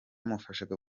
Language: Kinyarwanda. kumufasha